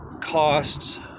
costs